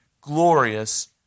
glorious